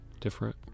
different